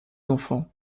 enfants